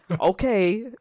okay